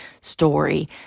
story